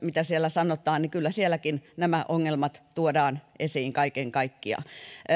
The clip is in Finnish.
mitä siellä sanotaan kyllä sielläkin nämä ongelmat tuodaan esiin kaiken kaikkiaan